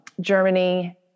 Germany